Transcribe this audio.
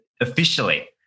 officially